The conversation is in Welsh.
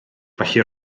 felly